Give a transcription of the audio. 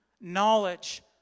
knowledge